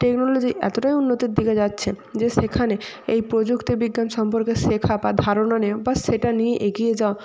technology এতটাই উন্নতির দিকে যাচ্ছে যে সেখানে এই প্রযুক্তি বিজ্ঞান সম্পর্কে শেখা বা ধারণা নিয়ম বা সেটা নিয়ে এগিয়ে যাওয়া